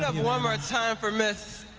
um one more time for ms.